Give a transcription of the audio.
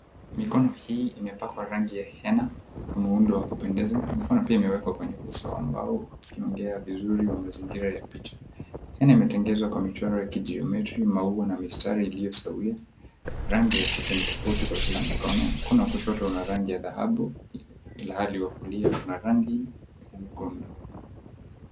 Mikono hii imepakwa rangi ya hena kwa muundo wa kupendeza. Mikono pia imewekwa kwenye uso ambao ukiongea vizuri wa mazingira ya picha. Hena imetengenezwa kwa michoro ya kijiometri, maua na mistari iliyosawia. Rangi ya kucha ni tofauti kwa kila mkono. Mkono wa kushoto una rangi ya dhahabu ilhali wa kulia una rangi nyekundu.